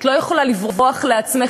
את לא יכולה לברוח לעצמך,